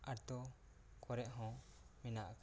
ᱟᱨᱛᱚ ᱠᱚ ᱨᱮᱦᱚᱸ ᱢᱮᱱᱟᱜ ᱟᱠᱟᱫᱟ